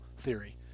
theory